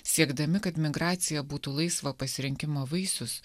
siekdami kad migracija būtų laisvo pasirinkimo vaisius